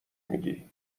میگی